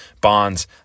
bonds